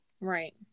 Right